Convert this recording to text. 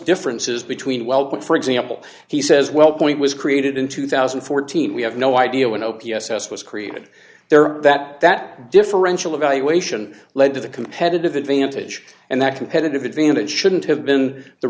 differences between well what for example he says well point was created in two thousand and fourteen we have no idea when o p s s was created there that that differential evaluation led to the competitive advantage and that competitive advantage shouldn't have been the